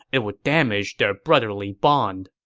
it would damage their brotherly bond.